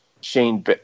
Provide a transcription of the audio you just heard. Shane